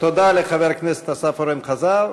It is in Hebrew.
תודה לחבר הכנסת אורן אסף חזן.